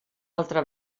altra